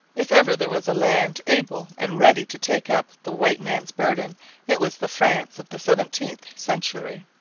if ever there was a land able and ready to take up the white man's burden it was the france of the seventeenth century.